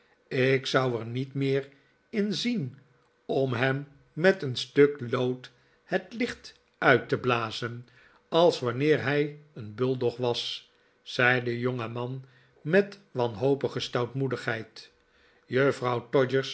ik zou er niet meer in zien om hem met een stuk lood het licht uit te blazen als wanneer hij een buldog was zei de jongeman met wanhopige stoutmoedigheid juffrouw